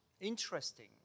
interesting